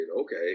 Okay